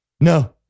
No